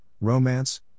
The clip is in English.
Romance